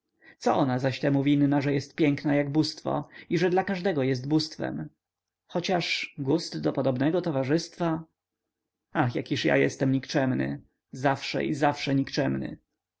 co ona zaś temu winna że jest piękna jak bóstwo i że dla każdego jest bóstwem chociaż gust do podobnego towarzystwa ach jakiż ja jestem nikczemny zawsze i zawsze